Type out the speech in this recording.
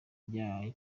rya